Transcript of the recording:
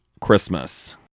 Christmas